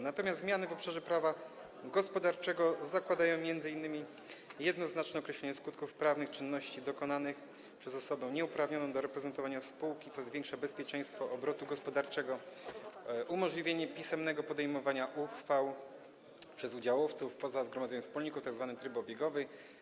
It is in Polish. Natomiast zmiany w obszarze prawa gospodarczego zakładają m.in.: jednoznaczne określenie skutków prawnych czynności dokonanych przez osobę nieuprawnioną do reprezentowania spółki, co zwiększa bezpieczeństwo obrotu gospodarczego, umożliwienie pisemnego podejmowania uchwał przez udziałowców poza zgromadzeniem wspólników, chodzi tu o tzw. tryb obiegowy.